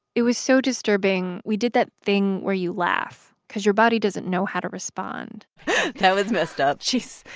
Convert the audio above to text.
it was so disturbing, we did that thing where you laugh because your body doesn't know how to respond that was messed up geez.